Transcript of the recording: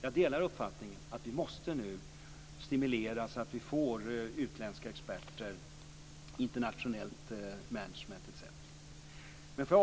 Jag delar uppfattningen att vi måste stimulera så att vi får hit utländska experter, internationell management etc.